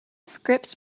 script